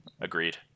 Agreed